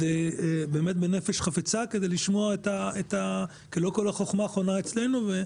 באמת, בנפש חפצה, כי לא כל החכמה חונה אצלנו.